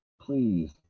please